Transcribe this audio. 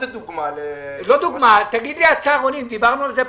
דיברנו על הצהרונים.